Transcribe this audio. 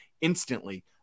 instantly